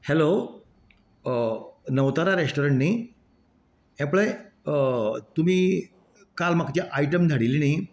hello Navtara restaurant न्ही हे पळय तुमी काल म्हाका जे आयटम धाडिल्ले न्ही